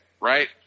Right